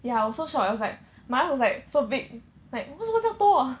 ya I was so shock I was like my mouth was like so big like 为什么将多